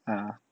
uh